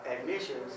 admissions